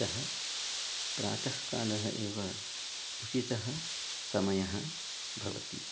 अतः प्रातःकालः एव उचितः समयः भवति